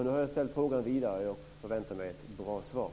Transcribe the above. Nu har jag fört frågan vidare och förväntar mig ett bra svar.